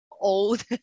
old